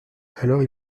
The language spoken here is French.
alors